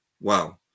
Wow